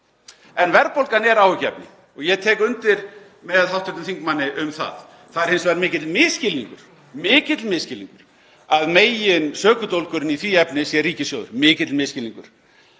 En verðbólgan er áhyggjuefni og ég tek undir með hv. þingmanni um það. Það er hins vegar mikill misskilningur að meginsökudólgurinn í því efni sé ríkissjóður, mikill misskilningur.